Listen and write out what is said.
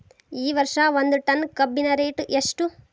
ಈ ವರ್ಷ ಒಂದ್ ಟನ್ ಕಬ್ಬಿನ ರೇಟ್ ಎಷ್ಟು?